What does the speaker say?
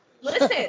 Listen